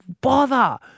bother